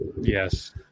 Yes